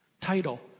title